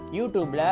YouTube